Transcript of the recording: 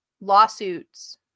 lawsuits